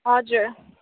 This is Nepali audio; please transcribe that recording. हजुर